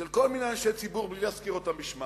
של כל מיני אנשי ציבור, בלי להזכיר אותם בשמם.